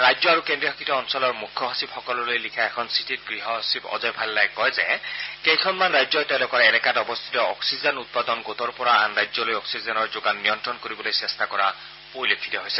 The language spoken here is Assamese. ৰাজ্য আৰু কেন্দ্ৰীয় শাসিত অঞ্চলৰ মুখ্য সচিবসকললৈ লিখা এখন চিঠিত গৃহসচিব অজয় ভাল্লাই কয় যে কেইখনমান ৰাজ্যই তেওঁলোকৰ এলেকাত অৱস্থিত অক্সিজেন উৎপাদন গোটৰপৰা আন ৰাজ্যলৈ অক্সিজেনৰ যোগান নিয়ন্ত্ৰণ কৰিবলৈ চেষ্টা কৰা পৰিলক্ষিত হৈছে